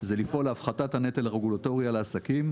זה לפעול להפחתת הנטל הרגולטורי על העסקים,